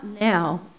now